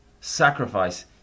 sacrifice